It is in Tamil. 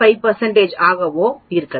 5 ஆகவோ இருக்கும்